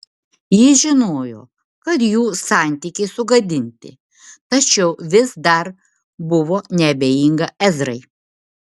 ji žinojo kad jų santykiai sugadinti tačiau vis dar buvo neabejinga ezrai